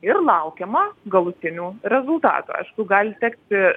ir laukiama galutinių rezultatų aišku gali tekti